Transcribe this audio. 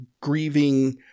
grieving